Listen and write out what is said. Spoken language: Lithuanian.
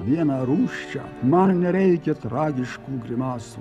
vieną rūsčią man nereikia tragiškų grimasų